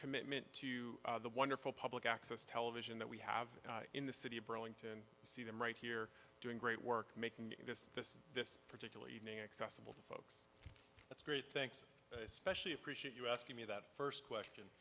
commitment to the wonderful public access television that we have in the city of burlington to see them right here doing great work making this particular evening accessible to folks that's great thanks especially appreciate you asking me that first question